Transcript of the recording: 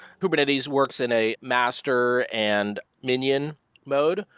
kubernetes works in a master and minion mode,